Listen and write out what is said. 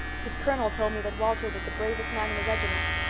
his colonel told me that walter was the bravest man in the regiment.